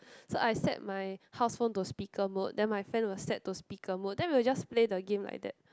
so I set my house phone to speaker mode then my friend will set to speaker mode then we will just play the game like that